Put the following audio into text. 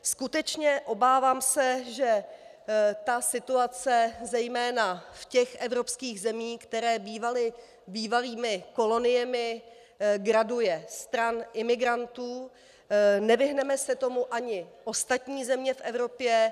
Skutečně, obávám se, že situace, zejména v těch evropských zemích, které bývaly bývalými koloniemi, graduje stran imigrantů a nevyhneme se tomu ani ostatní země v Evropě.